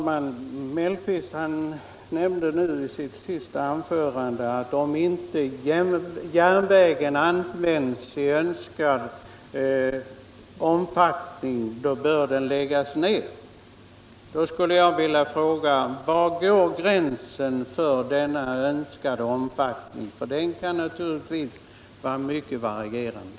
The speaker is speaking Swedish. Herr talman! I sitt senaste anförande sade herr Mellqvist, att om järnvägen inte utnyttjas i önskad omfattning bör trafiken läggas ner. Då vill jag fråga: Var går gränsen för denna önskade omfattning, som naturligtvis kan vara mycket varierande?